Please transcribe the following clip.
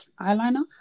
eyeliner